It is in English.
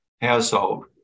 household